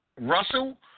Russell